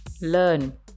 learn